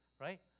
right